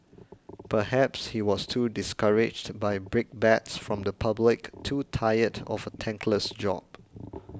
perhaps he was too discouraged by brickbats from the public too tired of a thankless job